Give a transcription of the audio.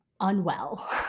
unwell